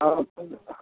अपन